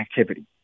activity